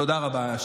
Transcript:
תודה רבה.